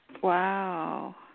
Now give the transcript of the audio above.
Wow